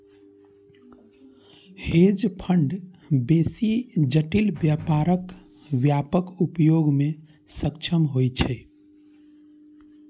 hedge fund बेसी जटिल व्यापारक व्यापक उपयोग मे सक्षम होइ छै